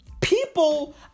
People